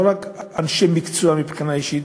לא רק אנשי מקצוע מבחינה אישית,